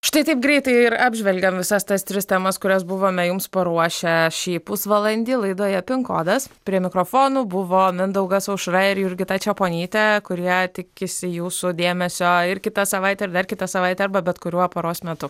štai taip greitai ir apžvelgėm visas tas tris temas kurias buvome jums paruošę šį pusvalandį laidoje pin kodas prie mikrofonų buvo mindaugas aušra ir jurgita čeponytė kurie tikisi jūsų dėmesio ir kitą savaitę ir dar kitą savaitę arba bet kuriuo paros metu